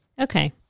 Okay